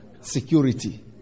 Security